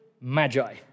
Magi